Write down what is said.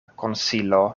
konsilo